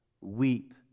Weep